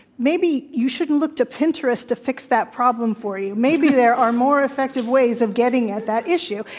maybe you shouldn't look to pinterest to fix that problem for you. maybe there are more effective ways of getting at that issue.